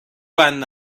بند